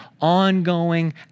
ongoing